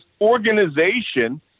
organization